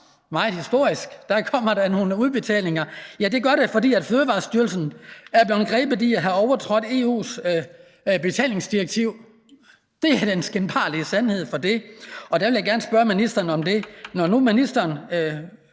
meget historisk – kommer nogle udbetalinger. Ja, det gør der, fordi Fødevarestyrelsen er blevet grebet i at have overtrådt EU's betalingsdirektiv. Det er den skinbarlige sandhed i den sag. Der vil jeg gerne spørge ministeren: Når nu ministeren